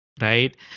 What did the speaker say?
Right